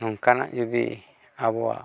ᱱᱚᱝᱠᱟᱱᱟᱜ ᱡᱩᱫᱤ ᱟᱵᱚᱣᱟᱜ